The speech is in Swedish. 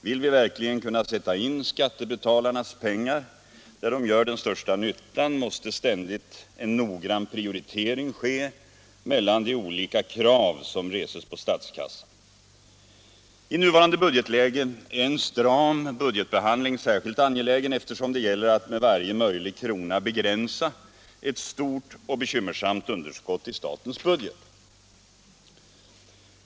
Vill vi verkligen kunna sätta in skattebetalarnas pengar där de gör den största nyttan, måste ständigt en noggrann prioritering ske mellan de olika krav som reses på statskassan. I nuvarande budgetläge är en stram budgetbehandling särskilt ange lägen, eftersom det gäller att med varje krona begränsa ett stort och bekymmersamt underskott i statens budget.